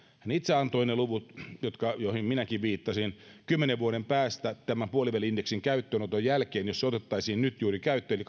hän itse antoi ne luvut joihin minäkin viittasin kymmenen vuoden päästä tämän puoliväli indeksin käyttöönoton jälkeen jos se otettaisiin nyt juuri käyttöön eli